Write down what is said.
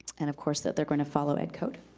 and of course that they're gonna follow ed code.